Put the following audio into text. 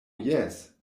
jes